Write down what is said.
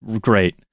great